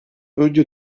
önce